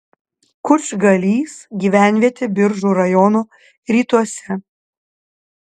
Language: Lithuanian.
kučgalys gyvenvietė biržų rajono rytuose